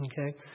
Okay